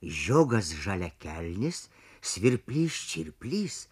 žiogas žaliakelnis svirplys čirplys